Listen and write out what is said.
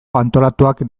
antolatuak